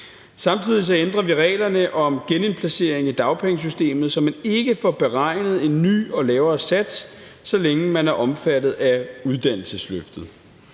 Samtidig ændrer vi reglerne om genindplacering i dagpengesystemet, så man ikke får beregnet en ny og lavere sats, så længe man er omfattet af uddannelsesløftet.